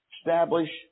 establish